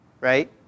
right